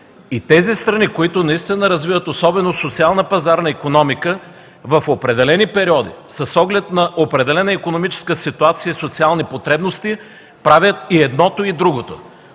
Страните, които наистина развиват особено социално-пазарна икономика, в определени периоди, с оглед на определена икономическа ситуация и социални потребности, правят и едното, и другото.